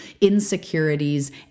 insecurities